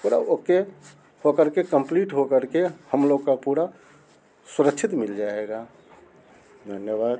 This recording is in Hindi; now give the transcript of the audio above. थोड़ा ओके हो कर के कंप्लीट हो कर के हम लोग का पूरा सुरक्षित मिल जाएगा धन्यवाद